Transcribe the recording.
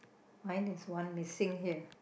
mine is one missing here